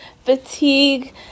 fatigue